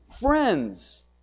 friends